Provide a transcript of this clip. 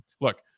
look